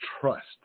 trust